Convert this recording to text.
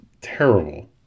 terrible